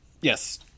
Yes